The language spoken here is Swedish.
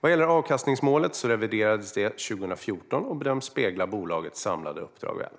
Vad gäller avkastningsmålet reviderades det 2014 och bedömdes spegla bolagets samlade uppdrag väl.